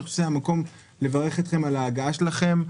זה המקום לברך אתכם על ההגעה שלכם.